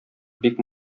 бик